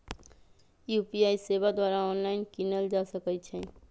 UPI सेवा द्वारा online कीनल जा सकइ छइ